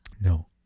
No